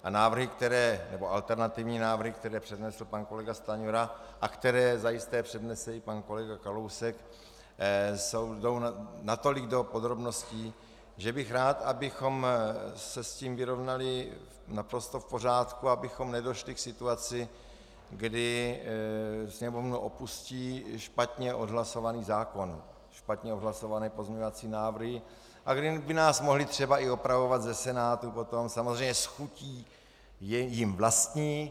A alternativní návrhy, které přednesl pan kolega Stanjura a které zajisté přednese i pan kolega Kalousek, jdou natolik do podrobností, že bych rád, abychom se s tím vyrovnali naprosto v pořádku, abychom nedošli k situaci, kdy Sněmovnu opustí špatně odhlasovaný zákon, špatně odhlasované pozměňovací návrhy a kdy by nás mohli třeba i opravovat ze Senátu potom, samozřejmě s chutí jim vlastní.